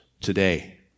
today